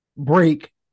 break